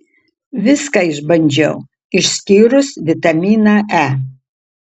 viską išbandžiau išskyrus vitaminą e